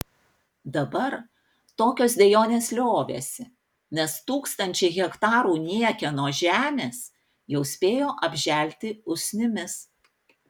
dabar tokios dejonės liovėsi nes tūkstančiai hektarų niekieno žemės jau spėjo apželti usnimis